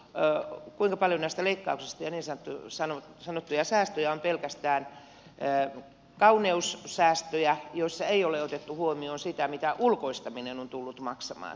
tällä näistä leikkauksista ja niin sanotuista säästöistä on pelkästään kauneussäästöjä joissa ei ole otettu huomioon sitä mitä ulkoistaminen on tullut maksamaan